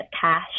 cash